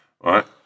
Right